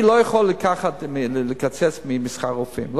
אני לא יכול לקצץ משכר רופאים,